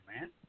man